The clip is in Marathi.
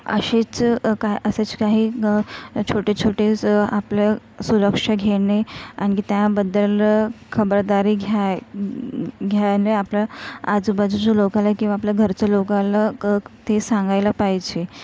असेच असेच काही छोटे छोटे आपला सुरक्षा घेणे आणखी त्याबद्दल खबरदारी घ्याय घेणे आपल्या आजूबाजूच्या लोकाला किंवा आपल्या घरच्या लोकाला क ते सांगायला पाहिजे